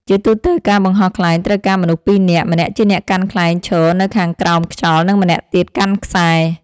ជាទូទៅ ការបង្ហោះខ្លែងត្រូវការមនុស្សពីរនាក់ ម្នាក់ជាអ្នកកាន់ខ្លែងឈរនៅខាងក្រោមខ្យល់ និងម្នាក់ទៀតកាន់ខ្សែ។